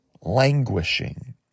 languishing